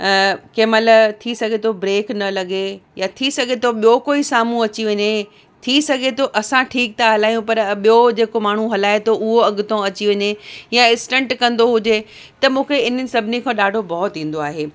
कंहिं महिल थी सघे थो ब्रेक न लॻे या थी सघे थो ॿियो कोई साम्हूं अची वञे थी सघे थो असां ठीक था हलायूं पर ॿियो जेको माण्हू हलाए थो उहो अॻि तों अची वञे या स्टंट कंदो हुजे त मूंखे इन सभिनी खां ॾाढो भउ थींदो आहे